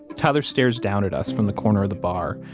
tyler stares down at us from the corner of the bar,